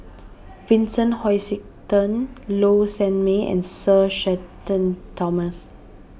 Vincent Hoisington Low Sanmay and Sir Shenton Thomas